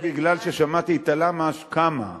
זה כי שמעתי את הלמה, כמה.